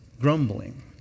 grumbling